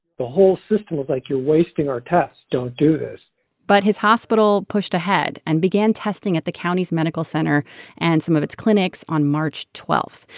the whole system was like, you're wasting our tests. don't do this but his hospital pushed ahead and began testing at the county's medical center and some of its clinics on march twelve.